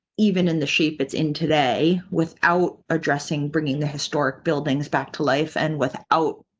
even in the shape it's in today without addressing bringing the historic buildings back to life and without.